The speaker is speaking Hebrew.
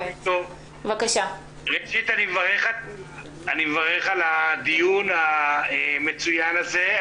ראשית, אני מברך על הדיון המצוין הזה.